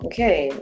Okay